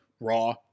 raw